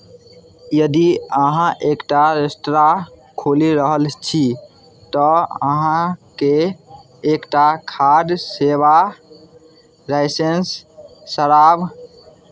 यदि अहाँ एकटा रेस्त्रां खोलि रहल छी तऽ अहाँके एक टा खाद्य सेवा लाइसेंस शराब